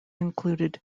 include